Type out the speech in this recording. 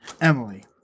Emily